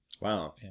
Wow